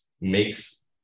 makes